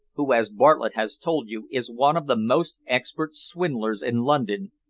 who, as bartlett has told you, is one of the most expert swindlers in london,